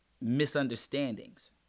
misunderstandings